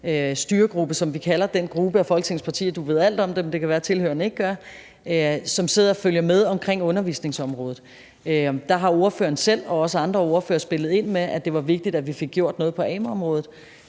styregruppe, som vi kalder den gruppe af folketingspartier – du ved alt om den, det kan være, andre ikke gør – som sidder og følger med i undervisningsområdet. Der har spørgeren selv, her som ordfører, og også andre ordførere spillet ind med, at det var vigtigt, at vi fik gjort noget på amu-området.